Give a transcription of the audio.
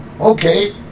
Okay